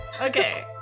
Okay